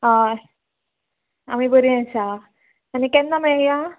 हय आमी बरीं आसा आनी केन्ना मेळयां